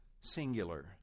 singular